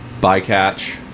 bycatch